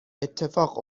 اتفاق